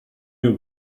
you